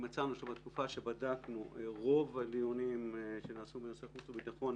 מצאנו שבתקופה שבדקנו רוב הדיונים שנעשו בנושאי חוץ וביטחון,